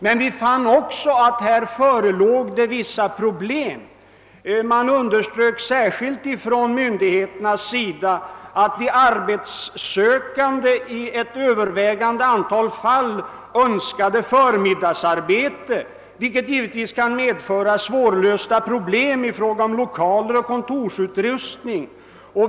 Men vi fann också att vissa problem förelåg. Myndigheterna underströk särskilt att de arbetssökande i ett övervägande antal fall önskade förmiddagsarbete, vilket givetvis kan medföra svårlösta problem i fråga om lokaler och kontorsutrustning.